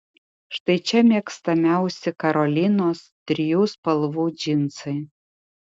štai čia mėgstamiausi karolinos trijų spalvų džinsai